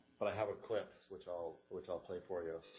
but i have a clip which i'll, which i'll play for you.